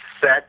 set